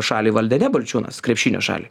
šalį valdė ne balčiūnas krepšinio šalį